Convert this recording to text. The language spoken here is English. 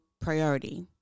priority